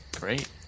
great